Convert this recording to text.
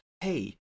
hey